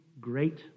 great